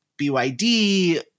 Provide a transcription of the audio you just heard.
BYD